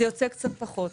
זה יוצא קצת פחות.